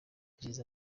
hashize